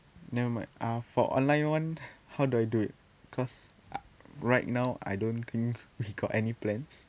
never mind uh for online one how do I do it because uh right now I don't think we got any plans